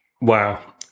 Wow